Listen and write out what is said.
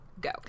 go